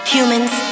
Humans